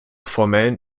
formellen